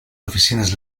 oficines